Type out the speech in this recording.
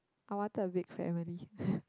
I wanted a big family